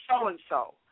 so-and-so